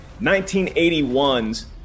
1981's